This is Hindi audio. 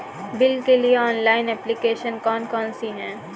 बिल के लिए ऑनलाइन एप्लीकेशन कौन कौन सी हैं?